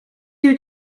you